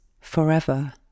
Forever